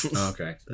okay